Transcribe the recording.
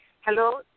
Hello